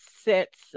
sets